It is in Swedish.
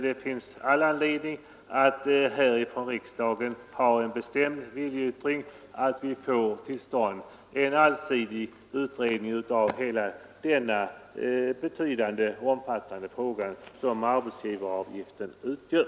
Det finns all anledning att riksdagen uttalar en bestämd viljeyttring så att en allsidig utredning kommer till stånd av hela den betydande och omfattande fråga som arbetsgivaravgiften utgör.